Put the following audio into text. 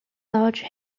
large